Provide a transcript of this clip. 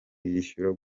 yishyura